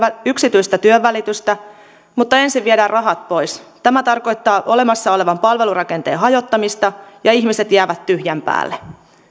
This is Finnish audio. yksityistä työnvälitystä mutta ensin viedään rahat pois tämä tarkoittaa olemassa olevan palvelurakenteen hajottamista ja ihmiset jäävät tyhjän päälle